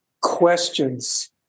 questions